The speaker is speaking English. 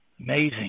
Amazing